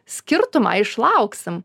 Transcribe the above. skirtumą išlauksim